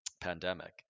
pandemic